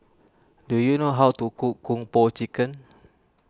do you know how to cook Kung Po Chicken